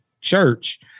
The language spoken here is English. church